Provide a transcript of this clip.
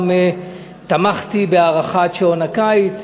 גם תמכתי בהארכת שעון הקיץ.